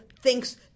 thinks